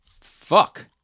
Fuck